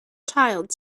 child